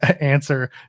answer